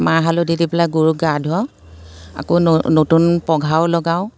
মাহ হালধি দি পেলাই গৰুক গা ধুৱাওঁ আকৌ নতুন পঘাও লগাওঁ